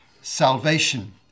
salvation